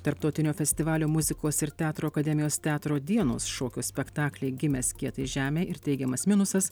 tarptautinio festivalio muzikos ir teatro akademijos teatro dienos šokio spektakliai gimęs kietai žemei ir teigiamas minusas